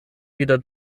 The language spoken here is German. wieder